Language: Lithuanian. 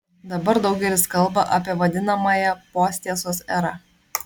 dabar daugelis kalba apie vadinamąją posttiesos erą